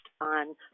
on